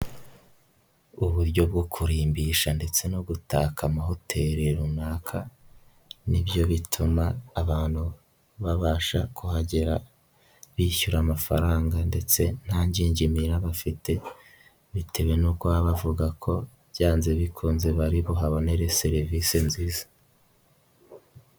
Uburyo bwo kurimbisha ndetse no gutaka amahoteli runaka, nibyo bituma, abantu babasha kuhagera, bishyura amafaranga ndetse ntagingimira bafite, bitewe no kuba bavuga ko, byanze bikunze bari buhabonere serivisi nziza.